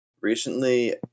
recently